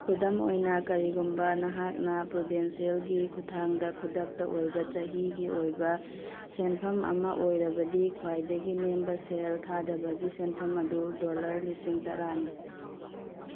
ꯈꯨꯗꯝ ꯑꯣꯏꯅ ꯀꯔꯤꯒꯨꯝꯕ ꯅꯍꯥꯛꯅ ꯄ꯭ꯔꯨꯗꯦꯟꯁꯦꯜꯒꯤ ꯈꯨꯊꯥꯡꯗ ꯈꯨꯗꯛꯇ ꯑꯣꯏꯕ ꯆꯍꯤꯒꯤ ꯑꯣꯏꯕ ꯁꯦꯟꯐꯝ ꯑꯃ ꯑꯣꯏꯔꯕꯗꯤ ꯈ꯭ꯋꯥꯏꯗꯒꯤ ꯅꯦꯝꯕ ꯁꯦꯜ ꯊꯥꯗꯕꯒꯤ ꯁꯦꯟꯐꯝ ꯑꯗꯨ ꯗꯣꯂꯔ ꯂꯤꯁꯤꯡ ꯇꯔꯥꯅꯤ